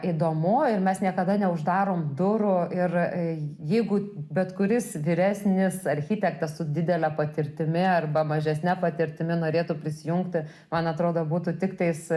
įdomu ir mes niekada neuždarom durų ir jeigu bet kuris vyresnis architektas su didele patirtimi arba mažesne patirtimi norėtų prisijungti man atrodo būtų tiktais